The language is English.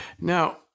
Now